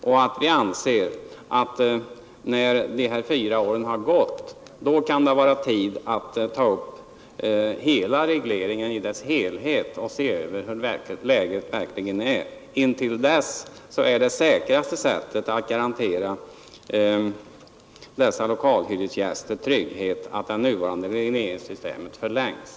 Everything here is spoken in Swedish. Vi anser att det först när de här fyra åren har gått kan vara tid att ta upp regleringen i dess helhet och se över hur läget verkligen är. Intill dess är det säkraste sättet att garantera dessa lokalhyresgäster trygghet att det nuvarande regleringssystemet förlängs.